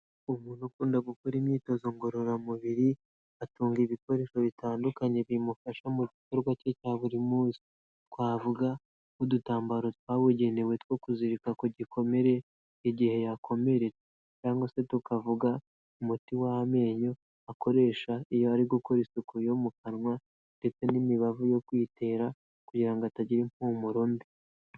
Umuntu ukunda gukora imyitozo ngororamubiri, atunga ibikoresho bitandukanye bimufasha mu gikorwa cye cya buri munsi. Twavuga nk'udutambaro twabugenewe two kuzirika ku gikomere igihe yakomeretse cyangwa se tukavuga umuti w'amenyo akoresha iyo ari gukora isuku yo mu kanwa ndetse n'imibavu yo kwitera kugira ngo atagira impumuro mbi.